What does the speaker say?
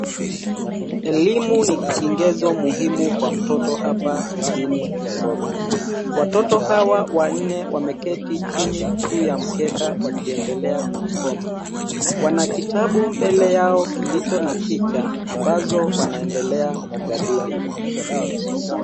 Elimu ni kigezo muhimu kwa mtoto hapa jijini Nairobi. Watoto hawa wanne wameketi chini juu ya mkeka wakiendelea kusoma. Wana kitabu mbele yao kilicho na picha ambazo wanaendelea kujadili.